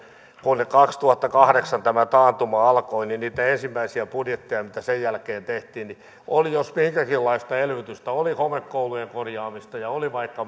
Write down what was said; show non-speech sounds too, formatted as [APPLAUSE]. kun kaksituhattakahdeksan tämä taantuma alkoi niitä ensimmäisiä budjetteja mitä sen jälkeen tehtiin niin oli jos minkäkinlaista elvytystä oli homekoulujen korjaamista ja oli vaikka [UNINTELLIGIBLE]